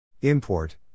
import